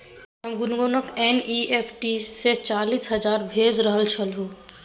हम गुनगुनकेँ एन.ई.एफ.टी सँ चालीस हजार भेजि रहल छलहुँ